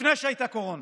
לפני שהייתה קורונה.